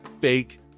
fake